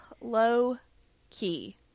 low-key